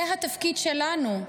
זה התפקיד שלנו.